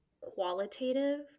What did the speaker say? qualitative